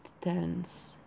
tense